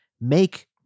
make